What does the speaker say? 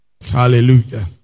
Hallelujah